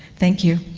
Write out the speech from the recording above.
thank you.